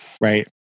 right